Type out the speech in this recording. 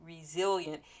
resilient